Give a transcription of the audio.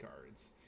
cards